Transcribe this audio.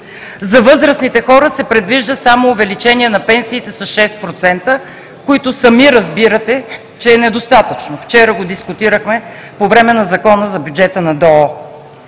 За възрастните хора се предвижда само увеличение на пенсиите с 6%, което сами разбирате, че е недостатъчно. Вчера го дискутирахме по време на Закона за бюджета на